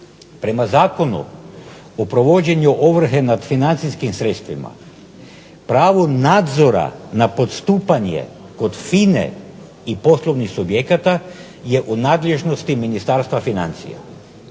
Prema zakonu o provođenju ovrhe nad financijskim sredstvima pravo nadzora na postupanje kod FINA-e i poslovnih subjekata je u nadležnosti Ministarstva financija.